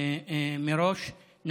מראש אז, כשהיא נרצחה.